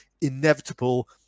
inevitable